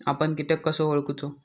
आपन कीटक कसो ओळखूचो?